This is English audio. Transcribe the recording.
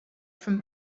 from